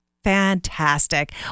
fantastic